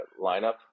lineup